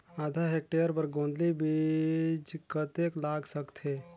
आधा हेक्टेयर बर गोंदली बीच कतेक लाग सकथे?